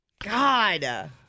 God